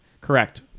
correct